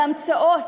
בהמצאות,